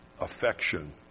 affection